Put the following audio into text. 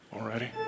Alrighty